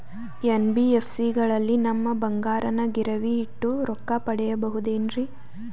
NBFC ಗಳಲ್ಲಿ ನಮ್ಮ ಬಂಗಾರನ ಗಿರಿವಿ ಇಟ್ಟು ರೊಕ್ಕ ಪಡೆಯಬಹುದೇನ್ರಿ?